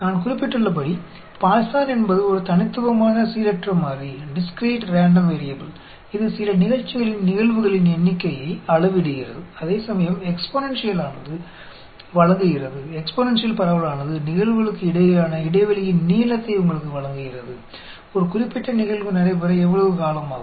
நான் குறிப்பிட்டுள்ளபடி பாய்சான் என்பது ஒரு தனித்துவமான சீரற்ற மாறி இது சில நிகழ்ச்சிகளின் நிகழ்வுகளின் எண்ணிக்கையை அளவிடுகிறது அதேசமயம் எக்ஸ்பொனென்ஷியலானது வழங்குகிறது எக்ஸ்பொனென்ஷியல் பரவலானது நிகழ்வுகளுக்கு இடையிலான இடைவெளியின் நீளத்தை உங்களுக்கு வழங்குகிறது ஒரு குறிப்பிட்ட நிகழ்வு நடைபெற எவ்வளவு காலம் ஆகும்